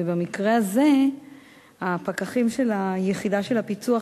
ובמקרה הזה הפקחים של היחידה של הפיצו"ח,